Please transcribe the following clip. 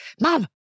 Mom